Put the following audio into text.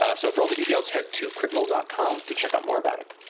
ah so for all the details, head to critrole dot com to check out more about it.